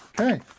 Okay